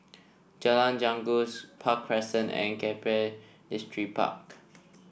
Jalan Janggus Park Crescent and Keppel Distripark